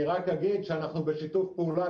אני רק אגיד שאנחנו בשיתוף פעולה,